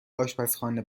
آشپزخانه